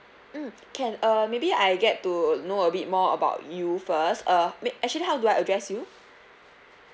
mm can err maybe I get to know a bit more about you first uh me~ actually how do I address you